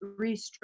restructure